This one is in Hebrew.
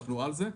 אנחנו על זה.